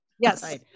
Yes